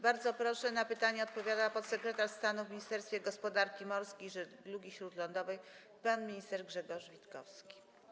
Bardzo proszę, na pytania odpowiada podsekretarz stanu w Ministerstwie Gospodarki Morskiej i Żeglugi Śródlądowej pan minister Grzegorz Witkowski.